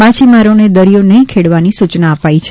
માછીમારોને દરિયો નહીં ખેડવાની સૂચના અપાઈ છે